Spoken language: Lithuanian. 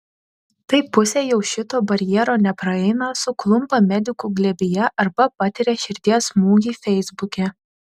tai pusė jau šito barjero nepraeina suklumpa medikų glėbyje arba patiria širdies smūgį feisbuke